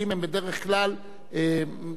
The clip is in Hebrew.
אם יהיה ערעור אצל היועץ המשפטי,